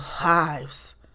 lives